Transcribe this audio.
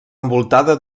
envoltada